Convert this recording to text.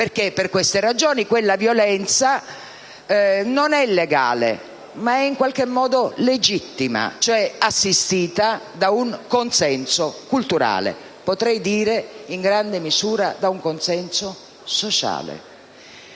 Perché, per queste ragioni, quella violenza non è legale, ma è in qualche modo legittima, cioè assistita da un consenso culturale; potrei dire in grande misura da un consenso sociale.